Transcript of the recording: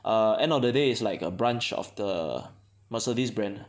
err end of the day is like a branch of the Mercedes brand